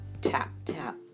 tap-tap